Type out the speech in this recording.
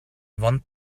want